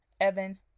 Evan